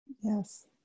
Yes